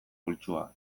pultsua